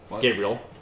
Gabriel